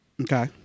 Okay